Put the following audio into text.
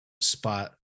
spot